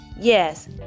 yes